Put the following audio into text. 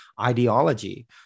ideology